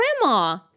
grandma